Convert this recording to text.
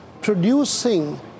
producing